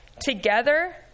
Together